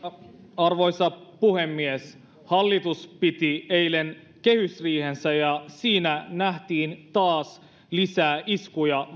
arvoisa puhemies hallitus piti eilen kehysriihensä ja siinä nähtiin taas lisää iskuja